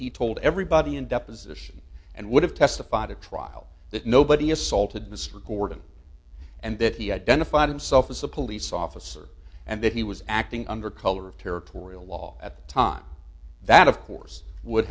he told everybody in deposition and would have testified at trial that nobody assaulted mr gordon and that he identified himself as a police officer and that he was acting under color of territorial law at the time that of course would